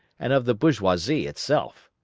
and of the bourgeoisie itself.